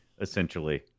essentially